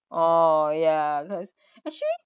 oh ya cause actually